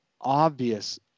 obvious